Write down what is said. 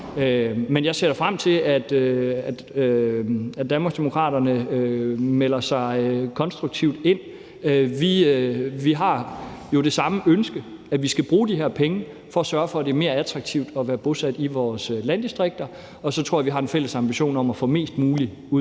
Men jeg ser da frem til, at Danmarksdemokraterne melder sig konstruktivt ind. Vi har jo det samme ønske, nemlig at vi skal bruge de her penge for at sørge for, at det er mere attraktivt at være bosat i vores landdistrikter, og så tror jeg, vi har en fælles ambition om at få mest muligt ud